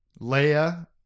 Leia